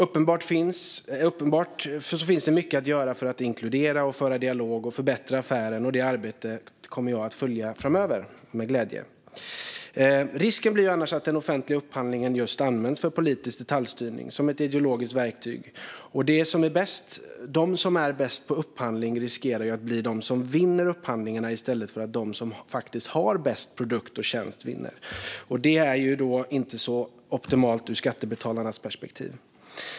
Uppenbart finns det mycket att göra för att inkludera, föra dialog och förbättra affären, och det arbetet kommer jag med glädje att följa framöver. Risken är annars att den offentliga upphandlingen används just för politisk detaljstyrning som ett ideologiskt verktyg. Risken är att de som är bäst på upphandling vinner upphandlingarna i stället för att de som faktiskt har bäst produkt och tjänst vinner. Det är inte så optimalt ur skattebetalarnas perspektiv.